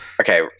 Okay